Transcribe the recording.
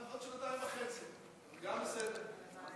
עוד שנתיים וחצי, גם בסדר.